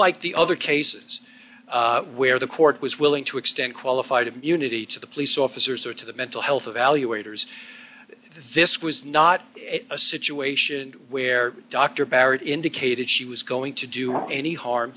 unlike the other cases where the court was willing to extend qualified immunity to the police officers or to the mental health evaluation this was not a situation where dr barrett indicated she was going to do any harm